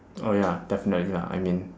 oh ya definitely lah I mean